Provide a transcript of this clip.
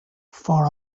for